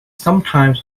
sometimes